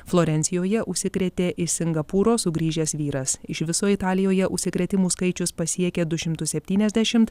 florencijoje užsikrėtė iš singapūro sugrįžęs vyras iš viso italijoje užsikrėtimų skaičius pasiekė du šimtus septyniasdešimt